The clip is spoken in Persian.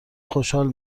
خوشحال